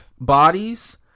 bodies